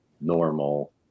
normal